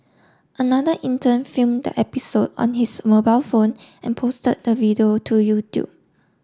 another intern filmed the episode on his mobile phone and posted the video to YouTube